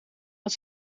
had